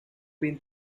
been